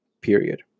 period